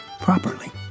properly